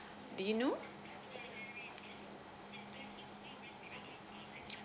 do you know